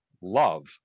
love